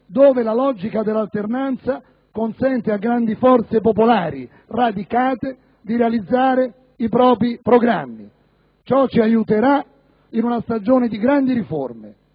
dove la logica dell'alternanza consente a grandi forze popolari radicate di realizzare i propri programmi. Ciò ci aiuterà in una stagione di grandi riforme